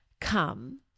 come